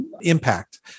impact